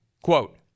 quote